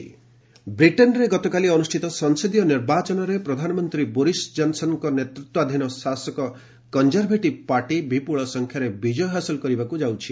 Britain election ବ୍ରିଟେନ୍ରେ ଗତକାଲି ଅନୁଷ୍ଠିତ ସଂସଦୀୟ ନିର୍ବାଚନରେ ପ୍ରଧାନମନ୍ତ୍ରୀ ବୋରିସ୍ ଜନ୍ସନଙ୍କ ନେତୃତ୍ୱାଧୀନ ଶାସକ କଞ୍ଜରଭେଟିବ୍ ପାର୍ଟି ବିପୁଳ ସଂଖ୍ୟାରେ ବିଜୟ ହାସଲ କରିବାକୁ ଯାଉଛି